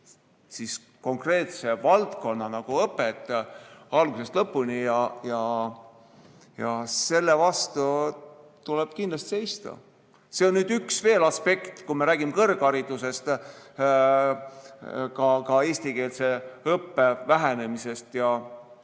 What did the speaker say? kogu konkreetse valdkonna õpet algusest lõpuni ja selle vastu tuleb kindlasti seista. See on veel üks aspekt, kui me räägime kõrgharidusest, ka eestikeelse õppe vähenemisest ja